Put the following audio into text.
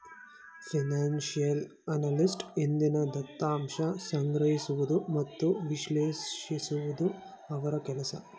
financial analyst ಹಿಂದಿನ ದತ್ತಾಂಶ ಸಂಗ್ರಹಿಸುವುದು ಮತ್ತು ವಿಶ್ಲೇಷಿಸುವುದು ಅವರ ಕೆಲಸ